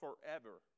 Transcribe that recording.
forever